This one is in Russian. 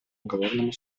уголовному